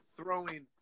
Throwing